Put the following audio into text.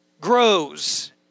grows